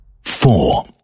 four